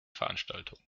veranstaltung